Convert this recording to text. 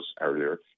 earlier